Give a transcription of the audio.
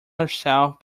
herself